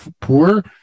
poor